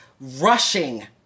rushing